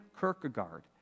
Kierkegaard